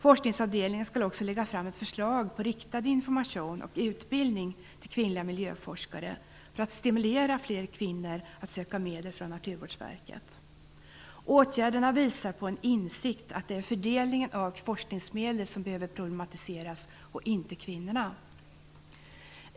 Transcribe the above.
Forskningsavdelningen skall också lägga fram ett förslag om riktad information och utbildning till kvinnliga miljöforskare för att stimulera fler kvinnor att söka medel från Naturvårdsverket. Åtgärderna visar på en insikt om att det är fördelningen av forskningsmedel som behöver problematiseras, inte kvinnorna.